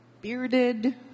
bearded